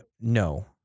no